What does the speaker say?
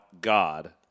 God